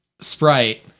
Sprite